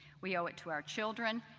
we owe it to our children,